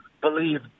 believe